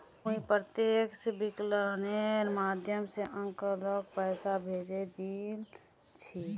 मुई प्रत्यक्ष विकलनेर माध्यम स अंकलक पैसा भेजे दिल छि